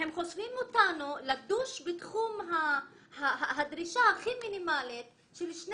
חושבים אותנו לדוש בתחום הדרישה הכי מינימלית של 2